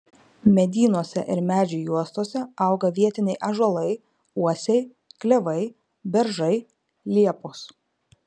medynuose ir medžių juostose auga vietiniai ąžuolai uosiai klevai beržai liepos